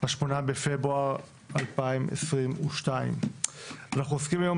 8 בפברואר 2022. אנחנו עוסקים היום